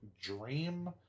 dream